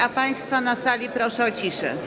A państwa na sali proszę o ciszę.